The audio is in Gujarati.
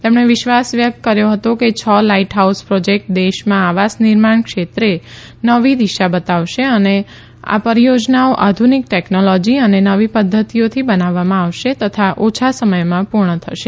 તેમણે વિશ્વાસ વ્યકત કર્યો હતો કે છ લાઈટ હાઉસ પ્રોજેક્ટ દેશમાં આવાસ નિર્માણ ક્ષેત્રને નવી દિશા બતાવશે તેમજ આ પરીયોજનાઓ આધુનિક ટેકનોલોજી અને નવી પધ્ધતિઓથી બનાવવામાં આવશે અને ઓછા સમયમાં પુર્ણ થશે